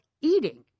eating